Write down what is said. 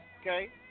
Okay